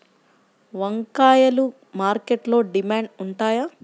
వంకాయలు మార్కెట్లో డిమాండ్ ఉంటాయా?